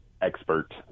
expert